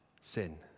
sin